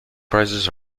prices